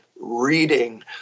Reading